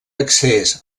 accés